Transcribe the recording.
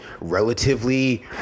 relatively